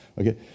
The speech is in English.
Okay